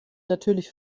natürlich